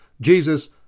Jesus